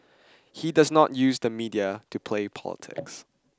he does not use the media to play politics